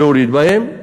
להוריד בהם,